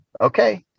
okay